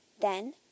Then